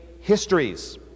histories